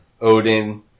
Odin